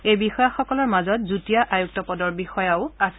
এই বিষয়াসকলৰ মাজত যুটীয়া আয়ুক্ত পদৰ বিষয়াও আছিল